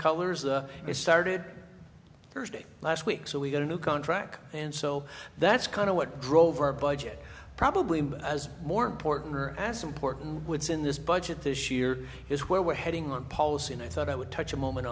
colors it started thursday last week so we got a new contract and so that's kind of what drove our budget probably as more important or as important would see in this budget this year is where we're heading on policy and i thought i would touch a moment